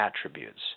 attributes